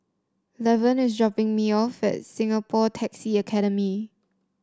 Lavern is dropping me off at Singapore Taxi Academy